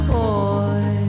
boy